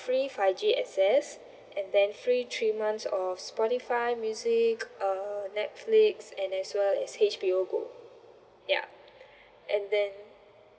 free five G access and then free three months of spotify music uh Netflix and as well as H_B_O go ya and then